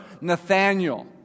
Nathaniel